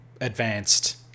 advanced